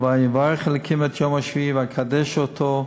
ויברך אלוקים את יום השביעי ויקדש אותו.